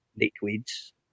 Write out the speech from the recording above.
liquids –